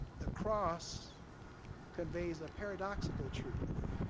the cross conveys a paradoxical truth,